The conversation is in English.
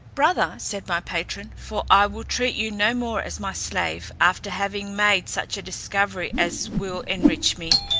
brother, said my patron, for i will treat you no more as my slave, after having made such a discovery as will enrich me,